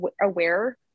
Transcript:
aware